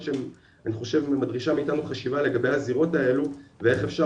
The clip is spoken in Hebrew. של אני חושב שדורשת מאיתנו חשיבה לגבי הזירות האלה ואיך אפשר,